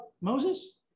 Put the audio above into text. Moses